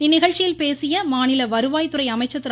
இந்நிகழ்ச்சியில் பேசிய மாநில வருவாய் துறை அமைச்சர் திரு